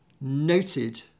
noted